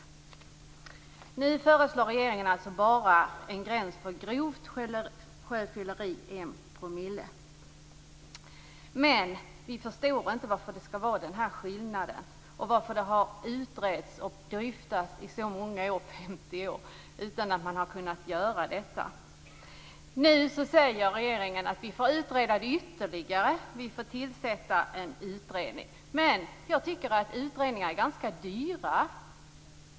Nu föreslår regeringen alltså en gräns bara för grovt sjöfylleri på 1 promille. Vi förstår inte varför man skall ha den skillnaden och varför detta har utretts och dryftats i så många år - 50 år - utan att man har kunnat göra detta. Regeringen säger nu att vi får utreda det ytterligare och tillsätta en utredning. Men utredningar är ganska dyra.